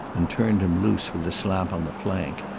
and turned him loose with a slap on the flank.